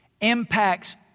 impacts